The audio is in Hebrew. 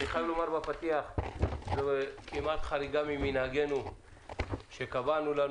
אני חייב לומר בפתיח שזו כמעט חריגה ממנהגנו שקבענו דיון